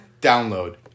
download